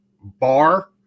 bar